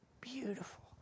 beautiful